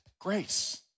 grace